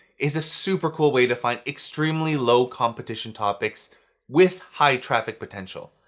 is a super cool way to find extremely low competition topics with high traffic potential.